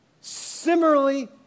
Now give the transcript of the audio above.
similarly